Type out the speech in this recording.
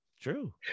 true